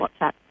WhatsApp